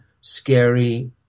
scary